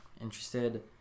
interested